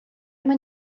mwyn